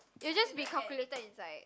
it'll just be calculated inside